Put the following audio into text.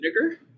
vinegar